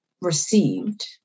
received